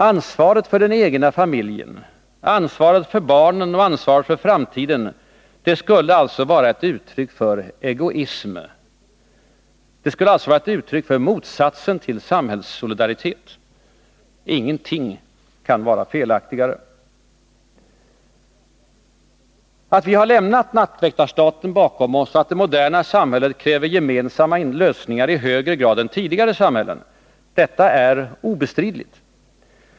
Ansvaret för den egna familjen, för barnen och för framtiden skulle alltså vara ett uttryck för egoism. Det skulle alltså vara ett uttryck för motsatsen till samhällssolidaritet. Ingenting kan vara felaktigare. Att vi har lämnat nattväktarstaten bakom oss och att det moderna samhället kräver gemensamma lösningar i högre grad än tidigare samhällen är obestridligt.